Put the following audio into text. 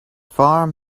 farm